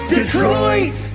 Detroit